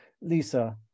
Lisa